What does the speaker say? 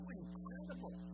incredible